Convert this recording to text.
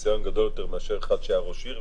ניסיון גדול יותר מאשר אחד שהיה ראש עירייה